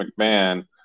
McMahon